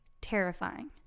terrifying